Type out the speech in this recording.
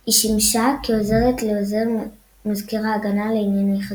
היא שימשה כעוזרת לעוזר מזכיר ההגנה לענייני חקיקה.